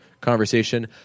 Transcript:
conversation